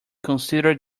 consider